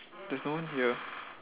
there's no one here